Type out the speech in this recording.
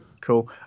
cool